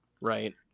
Right